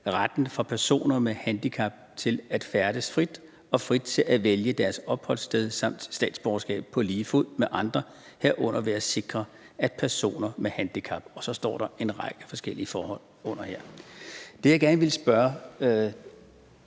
retten for personer med handicap til at færdes frit og frit til at vælge deres opholdssted samt til statsborgerskab på lige fod med andre, herunder ved at sikre, at personer med handicap ...– og så står der anført en række forskellige forhold herunder. Det, jeg gerne vil spørge